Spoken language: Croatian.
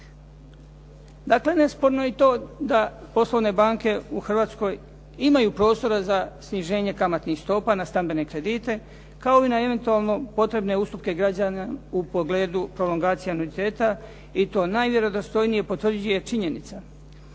Dakle, nesporno je i to da poslovne banke u Hrvatskoj imaju prostora za sniženje kamatnih stopa za kamatne kredite kao i na eventualno potrebne ustupke građana u pogledu prolongacije anuiteta i to najvjerodostojnije potvrđuje činjenica